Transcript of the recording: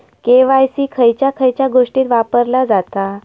KYC खयच्या खयच्या गोष्टीत वापरला जाता?